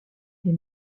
des